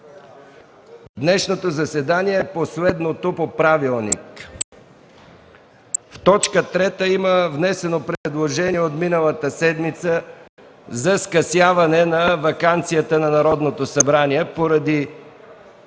Днешното заседание е последното по правилник. По точка трета има внесено предложение от миналата седмица за скъсяване на ваканцията на Народното събрание поради